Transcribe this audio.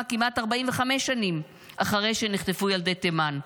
כמעט 45 שנים אחרי שנחטפו ילדי תימן.